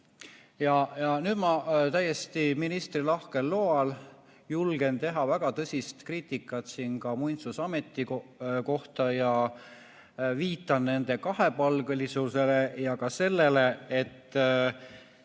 Ja nüüd ma täiesti ministri lahkel loal julgen teha väga tõsist kriitikat ka Muinsuskaitseameti kohta. Viitan nende kahepalgelisusele ja ka sellele, et